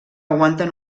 aguanten